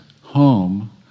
home